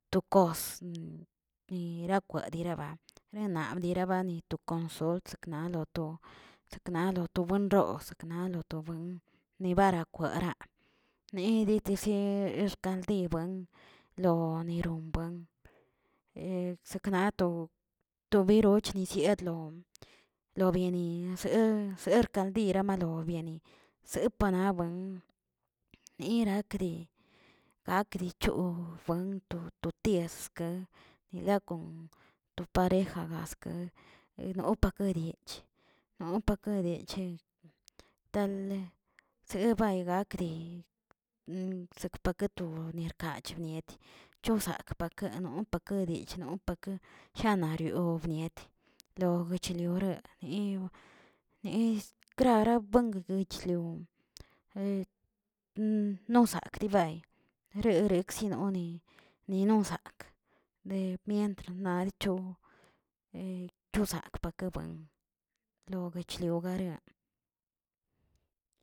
To kos ni yirakwed yiraba, yenab dirabanikon sol sekna loto sekna lo buenroto sekna lo to buen ni bara kweꞌraa neꞌ detesieꞌ xkaldibuen lo narin buen, sekna to- to biroch nisenialon lo bieniinaꞌ ser ser kaldira malo biani, sepana buen nira cri, gakdi choo buen to ties nila kon to pareja gaskə enoka pachkerietch, non pakedeche tale sebay gakdi sekpaquetu niarkach bieti chobza pake no pake dillꞌno pake janariobniet, loguech lorer niw nez krara buenguguichlion nosak dibay rerekzinoni ninozakꞌ, de mientr nadicho chozakꞌ pake buen lo guechlio gareaꞌ.